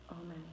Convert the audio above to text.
Amen